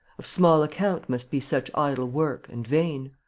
of small account must be such idle work and vain.